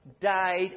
died